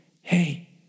hey